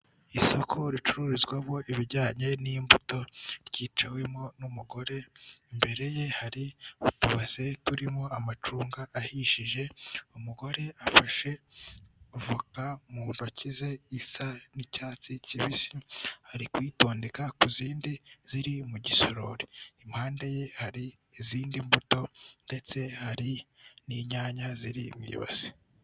Isoko ricururizwamo ibijyanye n'imbuto ryicawemo n'umugore, imbere ye hari utubase turimo amacunga ahishije, umugore afashe voka mu ntoki ze isa n'icyatsi kibisi, ari kuyitondeka ku zindi ziri mu gisorori, impande ye hari izindi mbuto ndetse hari n'inyanya ziri imibase.